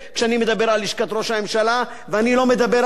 ראש הממשלה ואני לא מדבר על דברים שמעבר,